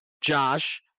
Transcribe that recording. Josh